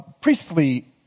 priestly